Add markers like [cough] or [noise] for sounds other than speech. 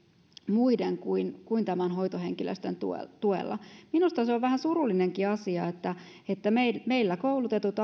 muiden kuin kuin tämän hoitohenkilöstön tuella tuella minusta on vähän surullinenkin asia että että meillä koulutetut [unintelligible]